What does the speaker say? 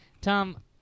Tom